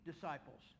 disciples